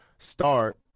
Start